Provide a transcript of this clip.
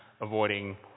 avoiding